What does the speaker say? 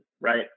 right